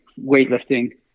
weightlifting